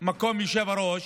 מקום היושב-ראש,